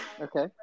Okay